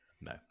No